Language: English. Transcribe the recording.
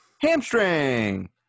hamstring